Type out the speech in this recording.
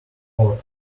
hot